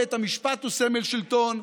בית המשפט הוא סמל שלטון.